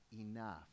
enough